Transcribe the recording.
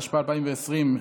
התשפ"א 2020,